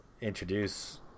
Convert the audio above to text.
introduce